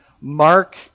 mark